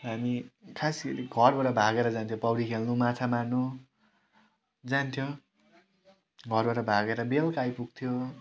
हामी खास गरी घरबाट भागेर जान्थ्यो पौडी खेल्नु माछा मार्नु जान्थ्यो घरबाट भागेर बेलुका आइपुग्थ्यो